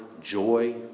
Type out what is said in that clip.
joy